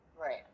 Right